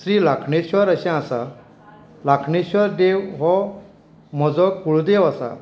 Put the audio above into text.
श्री राखणेश्वर अशें आसा राखणेश्वर देव हो म्हजो कुळदेव आसा